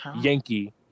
Yankee